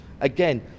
again